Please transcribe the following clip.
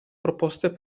proposte